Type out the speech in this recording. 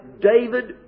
David